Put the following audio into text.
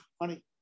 Honey